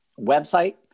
website